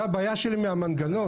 זה הבעיה שלי מהמנגנון.